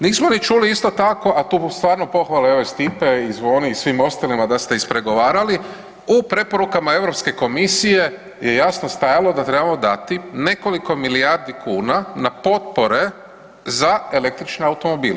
Nismo ni čuli, isto tako, a to stvarno pohvale, evo Stipe i Zvone i svim ostalim da ste ispregovarali u preporukama Europske Komisije je jasno stajalo da trebamo dati nekoliko milijardi kuna na potpore za električne automobile.